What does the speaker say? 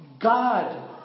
God